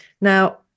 Now